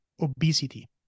obesity